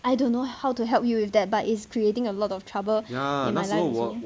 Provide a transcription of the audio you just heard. I don't know how to help you with that but is creating a lot of trouble in my life